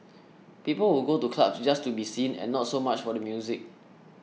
people would go to clubs just to be seen and not so much for the music